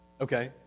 Okay